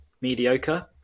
mediocre